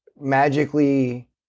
magically